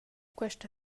questa